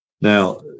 Now